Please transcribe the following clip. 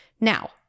Now